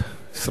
ישראל אייכלר.